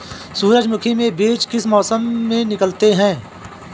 सूरजमुखी में बीज किस मौसम में निकलते हैं?